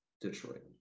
Detroit